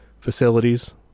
facilities